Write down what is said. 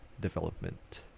development